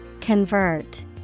Convert